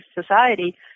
society